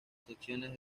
selecciones